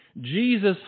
Jesus